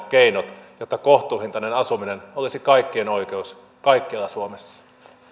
keinot jotta kohtuuhintainen asuminen olisi kaikkien oikeus kaikkialla suomessa